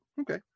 Okay